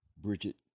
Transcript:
Bridget